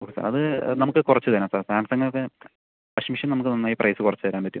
അത് നമുക്ക് കുറച്ച് തരാം സാർ സാംസംഗൊക്കെ വാഷിംഗ് മെഷീൻ നമുക്ക് നന്നായി പ്രൈസ് കുറച്ച് തരാൻ പറ്റും